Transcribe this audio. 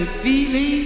feeling